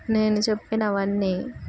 నేను చెప్పినవన్నీ